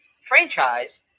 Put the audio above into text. franchise